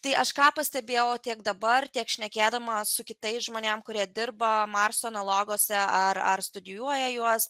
tai aš ką pastebėjau tiek dabar tiek šnekėdama su kitais žmonėm kurie dirba marso analoguose ar ar studijuoja juos